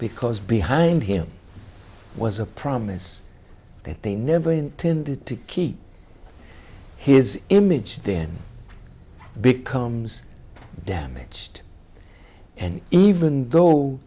because behind him was a promise that they never intended to keep his image then becomes damaged and even though